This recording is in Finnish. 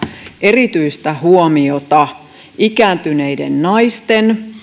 erityistä huomiota ikääntyneiden naisten